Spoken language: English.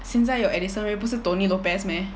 现在有 edison ray 不是 tony lopez meh